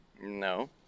No